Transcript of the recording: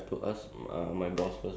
quite expensive